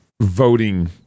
voting